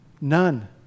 None